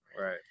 right